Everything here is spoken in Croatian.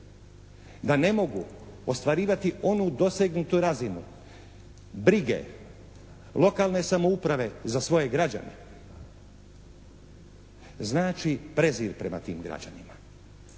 da ne mogu ostvarivati onu dosegnutu razinu brige lokalne samouprave za svoje građane znači prezir prema tim građanima.